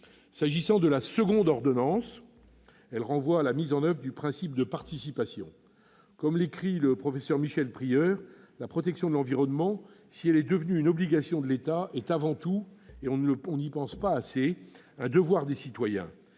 J'en viens à la seconde ordonnance, qui renvoie à la mise en oeuvre du principe de participation. Comme l'écrit le professeur Michel Prieur, la protection de l'environnement, si elle est devenue une obligation de l'État, est avant tout un devoir des citoyens.